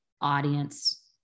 audience